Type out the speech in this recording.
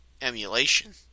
emulation